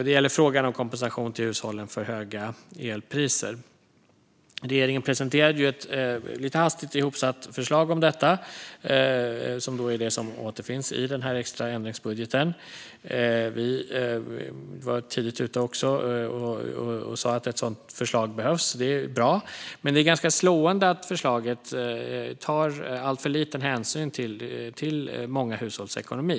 Det gäller frågan om kompensation till hushållen för höga elpriser. Regeringen presenterade ett lite hastigt ihopsatt förslag om detta, som är det som återfinns i den här extra ändringsbudgeten. Vi var tidigt ute och sa att ett sådant förslag behövs och är bra. Men det är ganska slående att förslaget tar alltför liten hänsyn till många hushålls ekonomi.